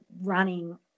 running